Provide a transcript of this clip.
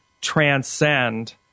transcend